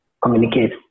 communicate